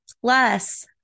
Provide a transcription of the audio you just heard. Plus